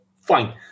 Fine